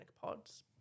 pods